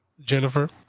Jennifer